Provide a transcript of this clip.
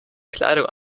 kleidung